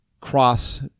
cross